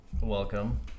Welcome